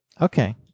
Okay